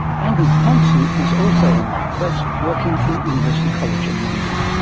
andrew pontzen is also on that quest, working from university college in london.